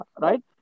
right